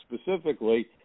specifically